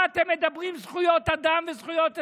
מה אתם מדברים על זכויות אדם וזכויות אזרח,